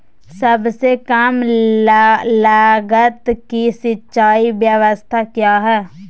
सबसे कम लगत की सिंचाई ब्यास्ता क्या है?